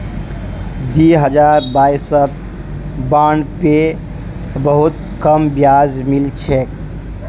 दी हजार बाईसत बॉन्ड पे बहुत कम ब्याज मिल छेक